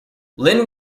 linn